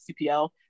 CPL